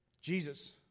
Jesus